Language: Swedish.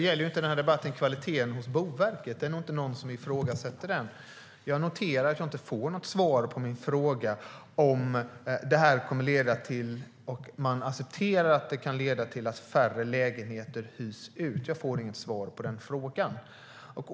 Herr talman! Nu handlar debatten inte om kvaliteten på Boverket. Det är nog inte någon som ifrågasätter den. Jag noterar att jag inte får något svar på min fråga om man accepterar att detta kan leda till att färre lägenheter hyrs ut. Herr talman!